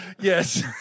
yes